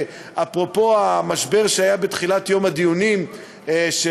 שאפרופו המשבר שהיה בתחילת יום הדיונים של